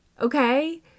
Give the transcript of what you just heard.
Okay